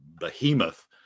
behemoth